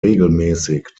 regelmäßig